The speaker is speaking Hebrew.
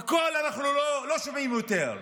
הכול, אנחנו לא שומעים יותר.